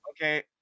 Okay